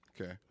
okay